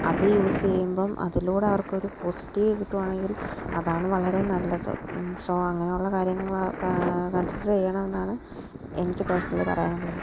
അത് യൂസ് ചെയ്യുമ്പോള് അതിലൂടെ അവർക്കൊരു പോസിറ്റീവ് കിട്ടുവാണെങ്കിൽ അതാണ് വളരെ നല്ലത് സോ അങ്ങനെയുള്ള കാര്യങ്ങൾ കൺസിഡർ ചെയ്യണമെന്നാണ് എനിക്ക് പേഴ്സണലി പറയാനുള്ളത്